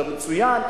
זה מצוין,